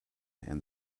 and